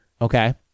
okay